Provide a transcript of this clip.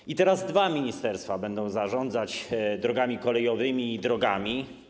I teraz dwa ministerstwa będą zarządzać drogami kolejowymi i drogami.